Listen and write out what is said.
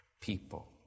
people